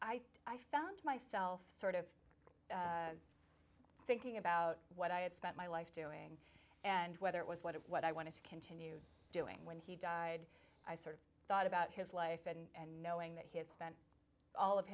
think i found myself sort of thinking about what i had spent my life doing and whether it was what it what i wanted to continue doing when he died sort of thought about his life and knowing that he had spent all of